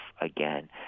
again